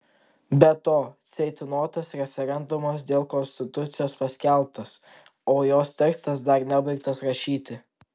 be to ceitnotas referendumas dėl konstitucijos paskelbtas o jos tekstas dar nebaigtas rašyti